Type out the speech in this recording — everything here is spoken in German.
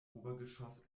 obergeschoss